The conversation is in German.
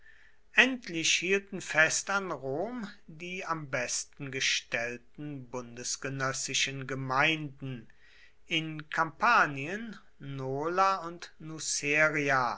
endlich hielten fest an rom die am besten gestellten bundesgenössischen gemeinden in kampanien nola und nuceria